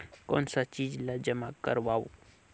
कौन का चीज ला जमा करवाओ?